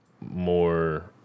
more